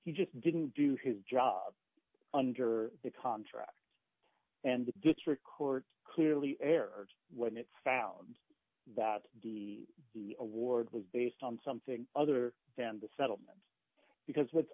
he just didn't do his job under the contract and the district court clearly errors when it found that the award was based on something other than the settlement because what's